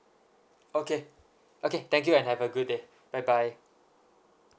okay okay thank you and have a good day bye bye